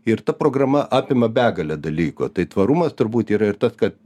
ir ta programa apima begalę dalykų tai tvarumas turbūt yra ir tas kad